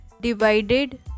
divided